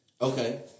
Okay